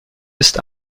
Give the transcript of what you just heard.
ist